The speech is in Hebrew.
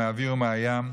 מהאוויר ומהים,